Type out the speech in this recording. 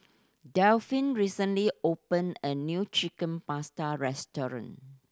Delphine recently opened a new Chicken Pasta restaurant